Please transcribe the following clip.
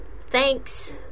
Thanks